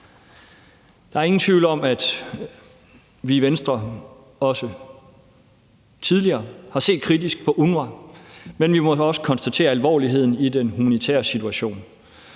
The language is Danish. Der er ingen tvivl om, at vi i Venstre også tidligere har set kritisk på UNRWA, men vi må også konstatere alvorligheden i den humanitære situation.